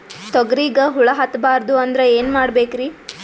ತೊಗರಿಗ ಹುಳ ಹತ್ತಬಾರದು ಅಂದ್ರ ಏನ್ ಮಾಡಬೇಕ್ರಿ?